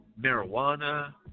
Marijuana